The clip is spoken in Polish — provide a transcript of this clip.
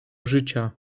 życia